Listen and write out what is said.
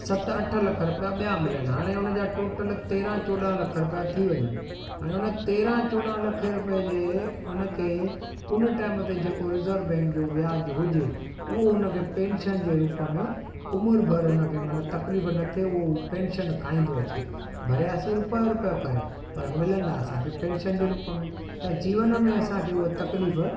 सत अठ लख रुपया ॿिया मिलनि हाणे उन जा टोटल तेरहं चोॾह लख रुपया थी वञनि हाणे उन तेरहं चोॾहं लखे रुपए जे उन ते उन टाइम ते जेको रिज़र्व बैंक जो व्याजु हुजे उहो उन खे पेंशन जे रुप में उमिरि भर उनखे मन तकलीफ़ न थिए उहो पेंशन खाईंदो अचे भरियासीं रुपयो रुपयो करे पर मिलंदा असांखे पेंशन जे रुप में त जीवन में असांखे उहो तकलीफ़